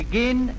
Begin